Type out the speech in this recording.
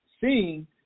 seeing